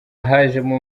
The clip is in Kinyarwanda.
hajemo